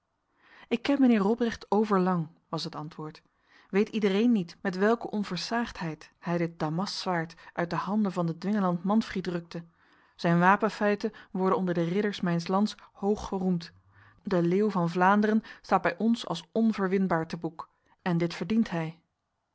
ik ken meneer robrecht overlang was het antwoord weet iedereen niet met welke onversaagdheid hij dit damaszwaard uit de handen van de dwingeland manfried rukte zijn wapenfeiten worden onder de ridders mijns lands hoog geroemd de leeuw van vlaanderen staat bij ons als onverwinbaar te boek en dit verdient hij